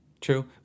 True